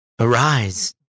Arise